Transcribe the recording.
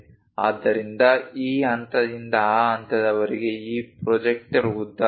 ಆದ್ದರಿಂದ ಈ ಹಂತದಿಂದ ಆ ಹಂತದವರೆಗೆ ಈ ಪ್ರೊಜೆಕ್ಟರ್ ಉದ್ದ 0